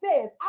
says